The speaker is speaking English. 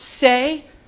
say